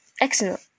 Excellent